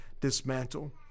dismantle